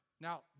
Now